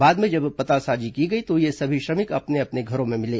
बाद में जब पतासाजी की गई तो ये सभी श्रमिक अपने अपने घरों में मिले